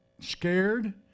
scared